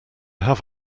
have